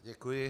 Děkuji.